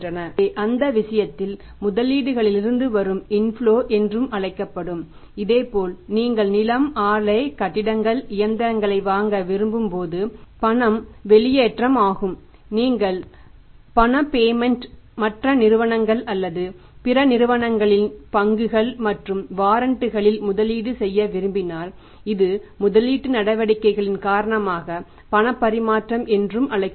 எனவே அந்த விஷயத்தில் முதலீடுகளிலிருந்து வரும் இன்ஃப்லோ முதலீடு செய்ய விரும்பினால் இது முதலீட்டு நடவடிக்கைகளின் காரணமாக பணப்பரிமாற்றம் என்றும் அழைக்கப்படும்